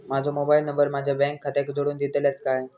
माजो mobile number माझ्या bank खात्याक जोडून दितल्यात काय?